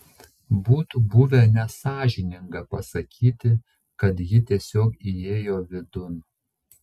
būtų buvę nesąžininga pasakyti kad ji tiesiog įėjo vidun